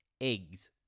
eggs